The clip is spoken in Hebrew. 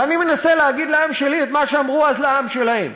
ואני מנסה להגיד לעם שלי את מה שאמרו אז לעם שלהם: